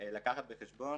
לקחת בחשבון